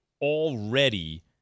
already